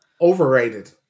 Overrated